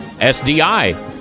SDI